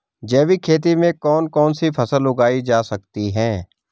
जैविक खेती में कौन कौन सी फसल उगाई जा सकती है?